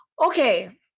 Okay